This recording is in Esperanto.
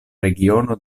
regiono